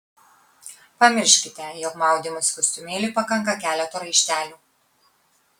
pamirškite jog maudymosi kostiumėliui pakanka keleto raištelių